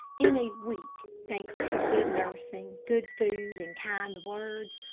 in a week, thanks to good nursing, good food, and kind words,